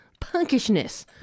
punkishness